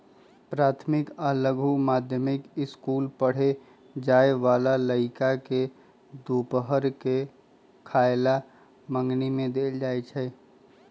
प्राथमिक आ लघु माध्यमिक ईसकुल पढ़े जाय बला लइरका के दूपहर के खयला मंग्नी में देल जाइ छै